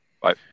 Bye